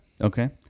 Okay